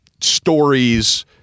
stories